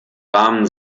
rahmen